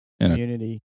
community